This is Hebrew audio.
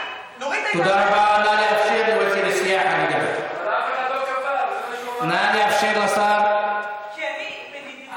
בטיסה מבלגיה, חרדים לא רצו שאני אשב לידם.